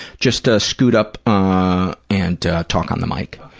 just ah scoot up ah and talk on the mic.